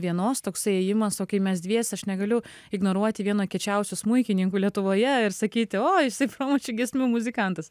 vienos toksai ėjimas o kai mes dviese aš negaliu ignoruoti vieno kiečiausių smuikininkų lietuvoje ir sakyti o esi promočių giesmių muzikantas